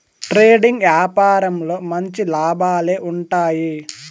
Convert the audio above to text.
trading యాపారంలో మంచి లాభాలే ఉంటాయి